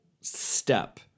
step